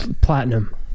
Platinum